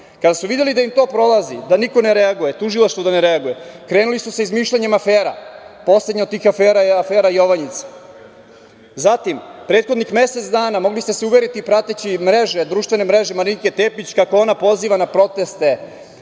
Kada su videli da im to ne prolazi, da niko ne reaguje, tužilaštvo da ne reaguje, krenuli su sa izmišljanjem afera. Poslednja od tih afera je afera „Jovanjica“.Zatim, prethodnih mesec dana mogli ste se uveriti, prateći društvene mreže Marinike Tepić, kako ona poziva na proteste,